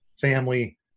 family